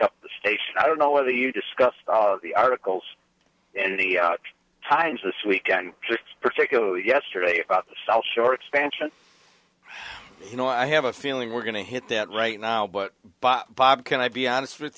up the station i don't know whether you discussed the articles in the times this weekend particularly yesterday about the south shore expansion you know i have a feeling we're going to hit that right now but bob can i be honest with